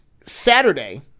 Saturday